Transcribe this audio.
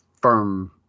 firm